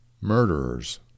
murderers